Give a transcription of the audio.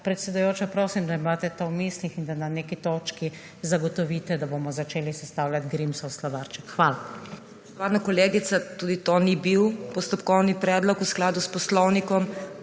predsedujoča, prosim, da imate to v mislih, in da na neki točki zagotovite, da bomo začeli sestavljati Grimsov slovarček. Hvala.